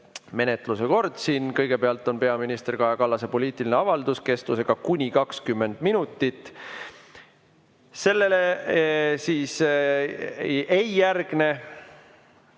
menetluse kord siin. Kõigepealt on peaminister Kaja Kallase poliitiline avaldus kestusega kuni 20 minutit. Sellele ei järgne